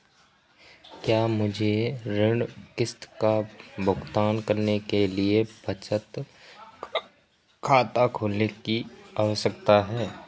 क्या मुझे ऋण किश्त का भुगतान करने के लिए बचत खाता खोलने की आवश्यकता है?